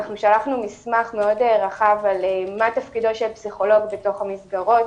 שלחנו מסמך רחב לגבי מה תפקידו של פסיכולוג בתוך המסגרות